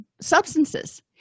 substances